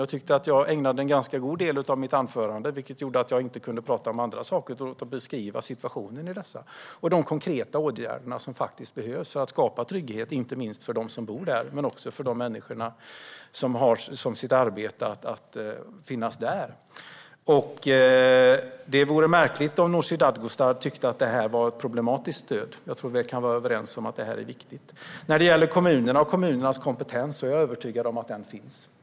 Jag tycker att jag ägnade en ganska god del av mitt anförande - vilket gjorde att jag inte kunde tala om andra saker - åt att beskriva situationen i dessa och de konkreta åtgärder som behövs för att skapa trygghet, inte minst för de människor som bor där men också för de människor som har som sitt arbete att finnas där. Det vore märkligt om Nooshi Dadgostar tyckte att det är ett problematiskt stöd. Jag tror att vi kan vara överens om att det är viktigt. När det gäller kommunernas kompetens är jag övertygad om att den finns.